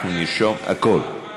אנחנו נרשום הכול.